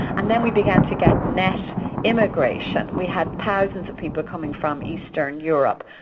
and then we began to get nett immigration. we had thousands of people coming from eastern europe.